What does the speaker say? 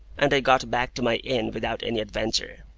and i got back to my inn without any adventure.